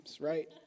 right